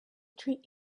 treat